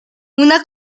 una